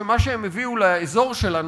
שמה שהן הביאו לאזור שלנו,